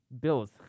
Bills